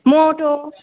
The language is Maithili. मोटो